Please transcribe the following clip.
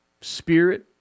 Spirit